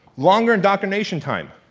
longer indoctrination time.